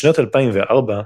בשנת 2004,